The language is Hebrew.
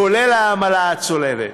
כולל העמלה הצולבת.